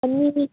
ꯆꯅꯤ